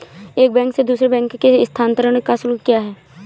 एक बैंक से दूसरे बैंक में स्थानांतरण का शुल्क क्या है?